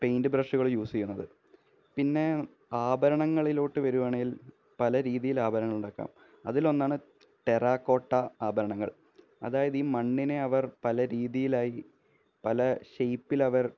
paint ബ്രഷുകള് use ചെയ്യുന്നത് പിന്നെ ആഭരണങ്ങളിലോട്ടു വരുവാണേല് പല രീതിയില് ആഭരണങ്ങള് ഉണ്ടാക്കാം അതിലൊന്നാണ് ടെറാകോട്ടാ ആഭരണങ്ങള് അതായത് ഈ മണ്ണിനെ അവര് പല രീതിയിലായി പല ഷെയ്പ്പിലവര്